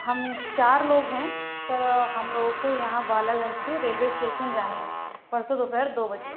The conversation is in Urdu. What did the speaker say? ہم چار لوگ ہیں سر ہم لوگوں کو یہاں بالا گنج سے ریلوے اسٹیشن جانا ہے پرسوں دوپہر دو بجے